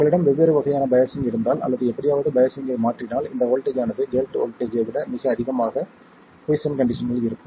உங்களிடம் வெவ்வேறு வகையான பையாஸ்சிங் இருந்தால் அல்லது எப்படியாவது பயாஸிங்கை மாற்றினால் இந்த வோல்ட்டேஜ் ஆனது கேட் வோல்ட்டேஜ் ஐ விட மிக அதிகமாக குய்சென்ட் கண்டிஷனில் இருக்கும்